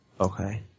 okay